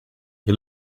you